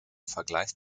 vergleich